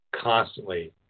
constantly